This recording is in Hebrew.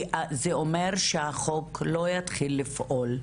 זה אומר שהחוק לא יתחיל לפעול,